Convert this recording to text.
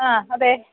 ആ അതെ